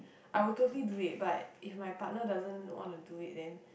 I will totally do it but if my partner doesn't want to do it then